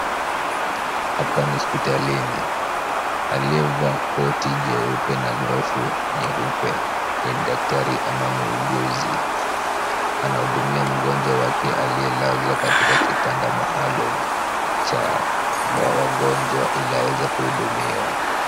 Hapa ni hospitalini. Aliyevaa koti jeupe na glovu nyeupe ni daktari ama muuguzi. Anahudumia mgonjwa wake aliyelazwa katika kitanda maalum cha wagonjwa ili aweze kuhudumiwa.